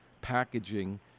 packaging